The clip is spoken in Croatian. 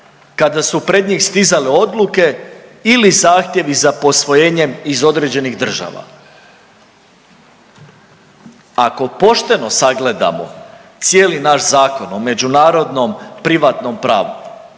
kada su pred njih stizale odluke ili zahtjevi za posvojenjem iz određenih država. Ako pošteno sagledamo cijeli naš Zakon o međunarodnom privatnom pravu